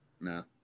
No